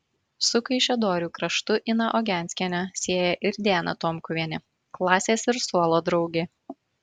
su kaišiadorių kraštu iną ogenskienę sieja ir diana tomkuvienė klasės ir suolo draugė